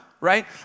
right